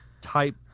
type